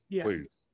please